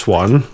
one